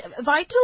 Vital